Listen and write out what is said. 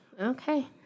Okay